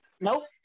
Nope